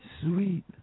sweet